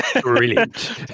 Brilliant